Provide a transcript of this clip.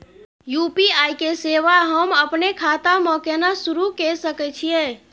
UPI के सेवा हम अपने खाता म केना सुरू के सके छियै?